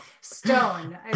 stone